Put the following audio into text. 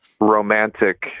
romantic